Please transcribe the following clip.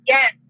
Yes